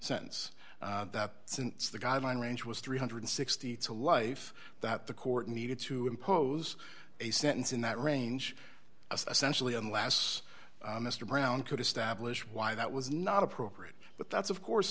sense that since the guideline range was three hundred and sixty to life that the court needed to impose a sentence in that range of essentially and last mr brown could establish why that was not appropriate but that's of course